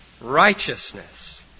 righteousness